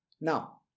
Now